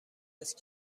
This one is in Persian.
است